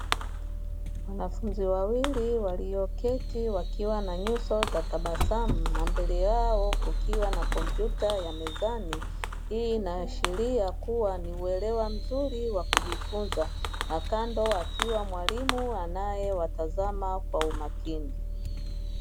Wanafunzi wawili walioketi wakiwa na nyuso za tabasamu, na mbele yao kukiwa na kompyuta ya mezani. Hii inaashiria kuwa ni uelewa mzuri wa kujifunza, na kando akiwa mwalimu anayewatazama kwa umakini.